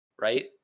Right